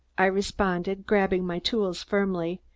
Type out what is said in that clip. i responded, grabbing my tools firmly,